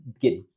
get